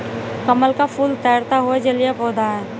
कमल का फूल तैरता हुआ जलीय पौधा है